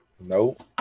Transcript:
Nope